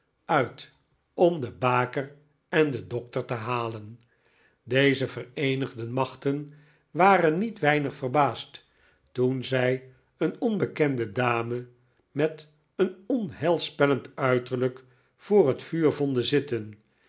uit om de baker en den dokter te halen deze vereenigde machten waren niet weinig verbaasd toen zij een onbekende dame met een onheilspellend uit erlijk voor het vuur vonden zitten